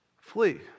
flee